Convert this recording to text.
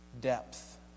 depth